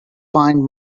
find